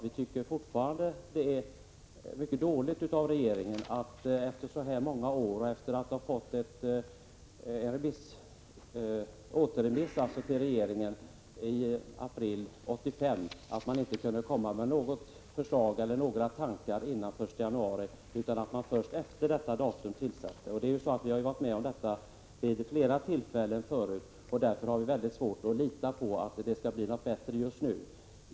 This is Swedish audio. Vi tycker fortfarande att det är mycket dåligt av regeringen att den, efter så många år och sedan frågan återremitterats 1985, inte kunde komma med något förslag före den 1 januari. Vi har varit med om detta vid flera tillfällen förut, och därför har vi väldigt svårt att lita på att det skall bli något bättre den här gången.